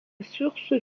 source